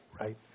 right